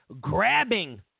grabbing